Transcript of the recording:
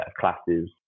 classes